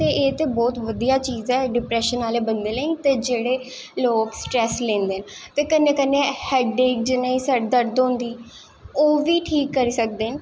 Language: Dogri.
ते एह् ते बौह्त बधियै चीज़ ऐ डिप्रैशन आह्ले बंदे लेई ते जेह्ड़े लोग स्ट्रैस लैंदे न ते कन्नैं कन्नैं जिनेंगी हैड सिर च दर्द होंदी ओह् बी ठीक करी सकदे न